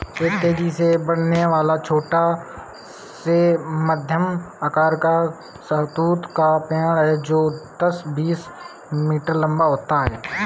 एक तेजी से बढ़ने वाला, छोटा से मध्यम आकार का शहतूत का पेड़ है जो दस, बीस मीटर लंबा होता है